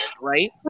right